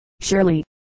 Surely